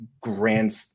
grand